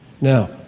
Now